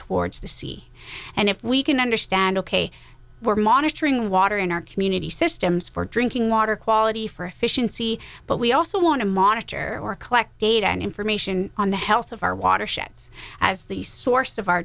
towards the sea and if we can understand ok we're monitoring water in our community systems for drinking water quality for efficiency but we also want to monitor or collect data and information on the health of our watersheds as the source of our